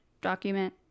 document